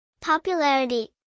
Popularity